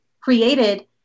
created